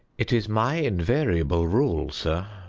it is my invariable rule, sir,